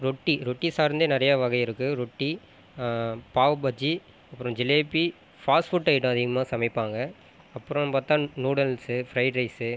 ரொட்டி ரொட்டி சார்ந்தே நிறையா வகை இருக்குது ரொட்டி பாவுபஜ்ஜி அப்புறம் ஜிலேப்பி ஃபாஸ்புட் ஐட்டம் அதிகமாக சமைப்பாங்க அப்புறம் பார்த்தா நூடல்ஸ்ஸு ஃப்ரைட் ரைஸ்ஸு